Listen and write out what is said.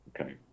Okay